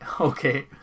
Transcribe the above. okay